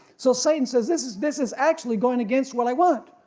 so satan says this is this is actually going against what i want,